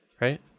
right